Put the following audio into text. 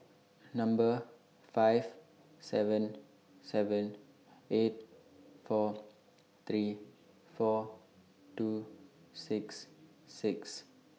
Number five seven seven eight four three four two six six